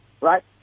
Right